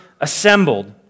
assembled